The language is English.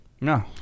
No